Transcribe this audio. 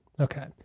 Okay